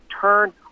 turn